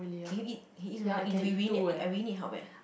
can you eat can you eat so many eh we we need eh we need help leh